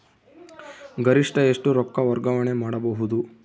ಗರಿಷ್ಠ ಎಷ್ಟು ರೊಕ್ಕ ವರ್ಗಾವಣೆ ಮಾಡಬಹುದು?